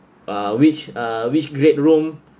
uh which uh which grade room